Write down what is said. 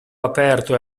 aperto